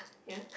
ya